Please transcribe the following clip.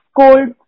cold